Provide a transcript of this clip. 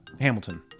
Hamilton